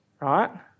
Right